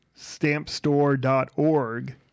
StampStore.org